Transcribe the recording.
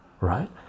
right